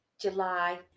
July